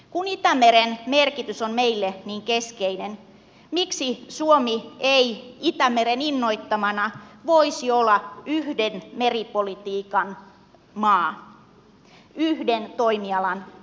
kun itämeren merkitys on meille niin keskeinen miksi suomi ei itämeren innoittamana voisi olla yhden meripolitiikan maa yhden toimialan maa